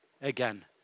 again